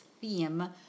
theme